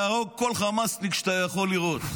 להרוג כל חמאסניק שאתה יכול לראות,